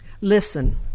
Listen